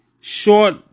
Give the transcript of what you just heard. short